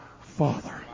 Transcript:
father